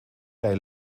bij